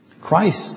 Christ